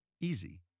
easy